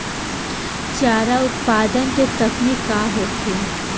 चारा उत्पादन के तकनीक का होखे?